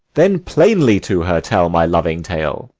then plainly to her tell my loving tale.